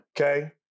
okay